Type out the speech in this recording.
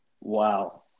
Wow